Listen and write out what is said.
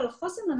אבל חוסן,